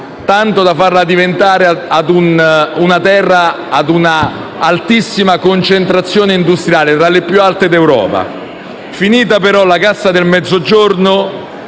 tanto da farla diventare una terra ad altissima concentrazione industriale, tra le più alte d'Europa. Finita però la Cassa del Mezzogiorno